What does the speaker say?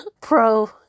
pro